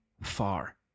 far